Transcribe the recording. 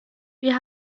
wir